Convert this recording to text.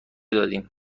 داریم